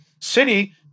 city